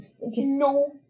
No